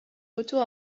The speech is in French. retour